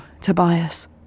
Tobias